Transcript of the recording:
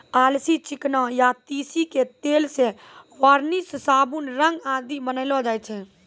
अलसी, चिकना या तीसी के तेल सॅ वार्निस, साबुन, रंग आदि बनैलो जाय छै